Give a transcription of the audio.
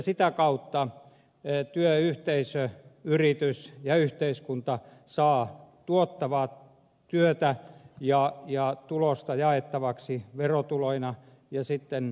sitä kautta työyhteisö yritys ja yhteiskunta saavat tuottavaa työtä ja tulosta jaettavaksi verotuloina ja sitten hyvinvointipalveluna